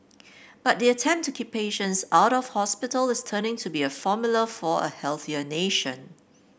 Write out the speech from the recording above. but the attempt to keep patients out of hospital is turning to be a formula for a healthier nation